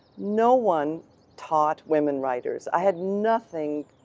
no one taught women writers. i had nothing,